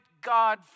God